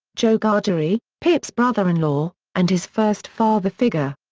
joe gargery, pip's brother-in-law, and his first father figure.